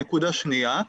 נקודה שנייה,